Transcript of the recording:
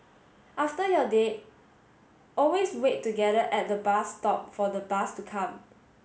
after your date always wait together at the bus stop for the bus to come